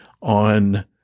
on